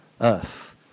earth